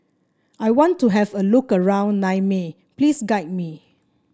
I want to have a look around Niamey Please guide me